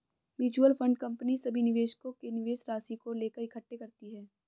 mutual fund company सभी निवेशकों के निवेश राशि को लेकर इकट्ठे करती है